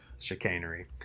chicanery